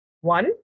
one